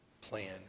plan